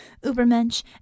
Ubermensch